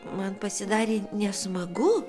man pasidarė nesmagu